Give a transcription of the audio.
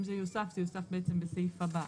אם זה יתווסף, זה יתווסף בסעיף הבא.